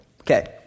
okay